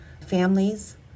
families